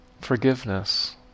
forgiveness